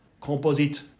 composite